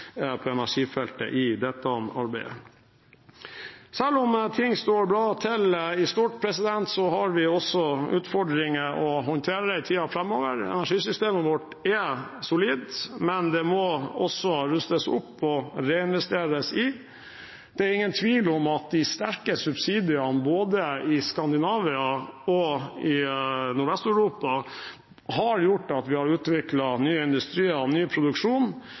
på energifeltet i dette arbeidet. Selv om det står bra til med ting i stort, har vi også utfordringer å håndtere i tiden framover. Energisystemet vårt er solid, men det må også rustes opp og reinvesteres i. Det er ingen tvil om at de sterke subsidiene, både i Skandinavia og i Nordvest-Europa, har gjort at vi har utviklet nye industrier og ny produksjon.